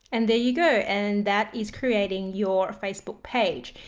and there you go. and that is creating your facebook page.